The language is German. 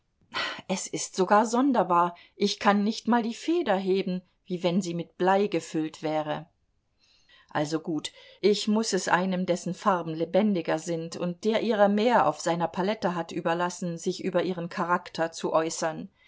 es ist sogar sonderbar ich kann nicht mal die feder heben wie wenn sie mit blei gefüllt wäre also gut ich muß es einem dessen farben lebendiger sind und der ihrer mehr auf seiner palette hat überlassen sich über ihren charakter zu äußern